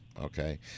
Okay